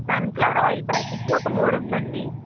sunflower oil ప్యాకెట్లు ఒక మూడు ఇవ్వండి